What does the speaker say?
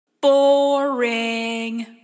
Boring